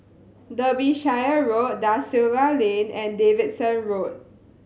Derbyshire Road Da Silva Lane and Davidson Road